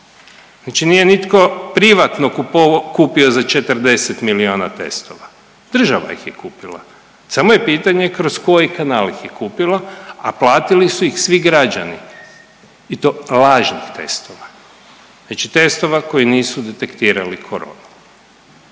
Znači nije nitko privatno kupovao, kupio za 40 milijuna testova, država ih je kupila, samo je pitanje kroz koji kanal ih je kupila, a platili su ih svi građani i to lažnih testova, znači testova koji nisu detektirali koronu.